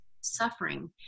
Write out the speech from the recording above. suffering